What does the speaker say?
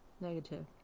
Negative